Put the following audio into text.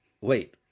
Wait